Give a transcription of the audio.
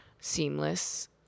seamless